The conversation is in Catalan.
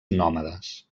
nòmades